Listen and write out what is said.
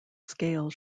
scale